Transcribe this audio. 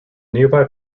nearby